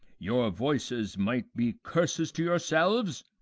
your voices might be curses to yourselves?